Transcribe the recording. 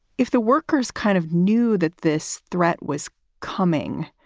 if the workers kind of knew that this threat was coming,